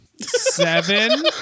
seven